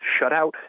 shutout